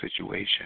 situation